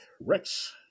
Rex